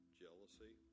jealousy